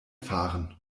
fahren